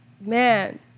man